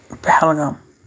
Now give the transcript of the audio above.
Pahalgam